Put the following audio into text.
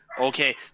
okay